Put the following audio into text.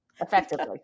effectively